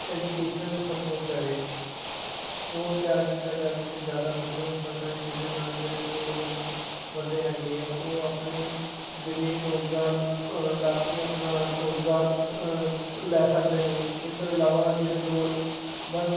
education ਨੂੰ support ਕਰੇ ਉਹ ਤਿਆਰ ਕੀਤਾ ਜਾਵੇ ਤਾਂ ਜ਼ਿਆਦਾ ਵਧੀਆ ਹੋ ਸਕਦਾ ਜਿਹਦੇ ਨਾਲ ਜਿਹੜੇ ਲੋੜਵੰਦ ਬੰਦੇ ਹੈਗੇ ਆ ਉਹ ਆਪਣੇ ਜਿਹੜੇ ਰੋਜ਼ਗਾਰ ਨੂੰ ਲੱਭ ਕੇ ਆਪਣਾ ਰੋਜ਼ਗਾਰ ਲੈ ਸਕਦੇ ਨੇ ਇਹ ਤੋਂ ਇਲਾਵਾ ਜਿਹੜੇ ਲੋੜਵੰਦ